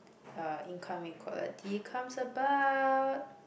uh income equality comes about